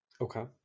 Okay